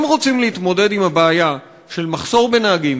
אם רוצים להתמודד עם הבעיה של מחסור בנהגים,